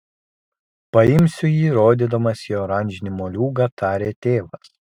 paimsiu jį rodydamas į oranžinį moliūgą tarė tėvas